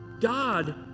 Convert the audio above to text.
God